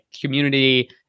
community